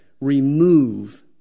remove